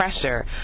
pressure